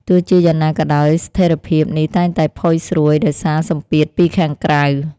ទោះជាយ៉ាងណាក៏ដោយ ស្ថិរភាពនេះតែងតែផុយស្រួយដោយសារសម្ពាធពីខាងក្រៅ។